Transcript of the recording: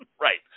Right